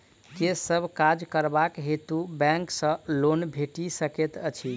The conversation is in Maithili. केँ सब काज करबाक हेतु बैंक सँ लोन भेटि सकैत अछि?